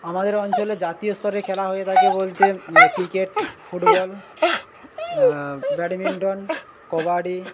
আমাদের অঞ্চলে জাতীয় স্তরে খেলা হয়ে থাকে বলতে ক্রিকেট ফুটবল ব্যাডমিন্টন কবাডি